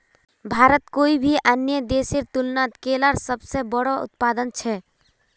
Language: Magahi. भारत कोई भी अन्य देशेर तुलनात केलार सबसे बोड़ो उत्पादक छे